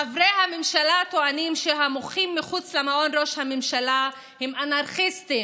חברי הממשלה טוענים שהמוחים מחוץ למעון ראש הממשלה הם אנרכיסטים,